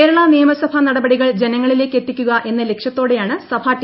കേരളാ നിയമസഭാ നടപടികൾ ജനങ്ങളിലേക്കെത്തിക്കുക എന്ന ലക്ഷ്യത്തോടെയാണ് സഭാ ടി